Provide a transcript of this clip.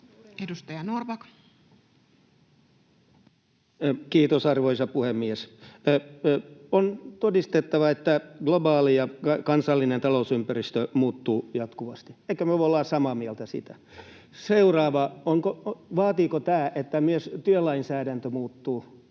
Edustaja Norrback. Kiitos, arvoisa puhemies! On todistettava, että globaali ja kansallinen talousympäristö muuttuu jatkuvasti. Ehkä me voidaan olla samaa mieltä siitä. Seuraavaksi: Vaatiiko tämä, että myös työlainsäädäntö muuttuu